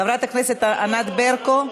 חברת הכנסת ענת ברקו,